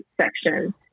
section